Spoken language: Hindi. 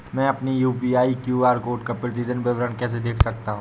मैं अपनी यू.पी.आई क्यू.आर कोड का प्रतीदीन विवरण कैसे देख सकता हूँ?